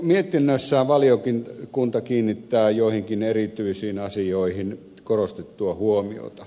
mietinnössään valiokunta kiinnittää joihinkin erityisiin asioihin korostettua huomiota